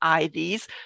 IDs